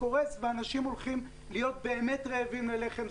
ואנשים הולכים להיות באמת רעבים ללחם,